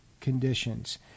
conditions